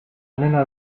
nena